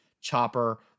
Chopper